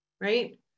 right